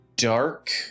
Dark